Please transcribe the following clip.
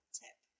tip